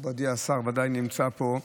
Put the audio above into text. מכובדי השר ודאי נמצא פה.